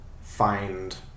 find